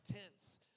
tents